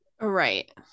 Right